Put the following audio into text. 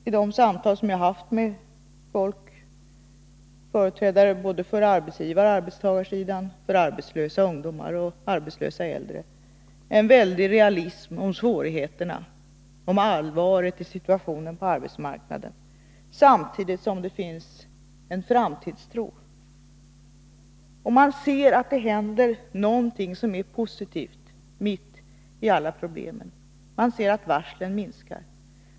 I de samtal som jag haft med företrädare för både arbetsgivaroch arbetstagarsidan och för arbetslösa ungdomar och arbetslösa äldre finns det en väldig realism beträffande svårigheterna och beträffande allvaret i situationen på arbetsmarknaden — samtidigt som det finns en framtidstro. Man ser att det händer någonting som är positivt mitt i alla problem. Man ser att varslen minskar.